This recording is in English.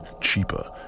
cheaper